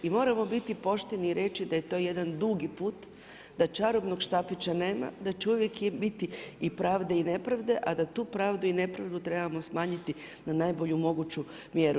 I moramo biti pošteni i reći da je to jedan dugi put, da čarobnog štapića nema, da će uvijek biti i pravde i nepravde, a da tu pravdu i nepravdu trebamo smanjiti na najbolju moguću mjeru.